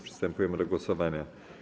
Przystępujemy do głosowania.